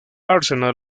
arsenal